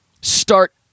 start